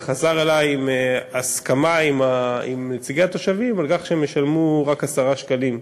וחזר אלי עם הסכמה עם נציגי התושבים על כך שהם ישלמו רק 10 שקלים,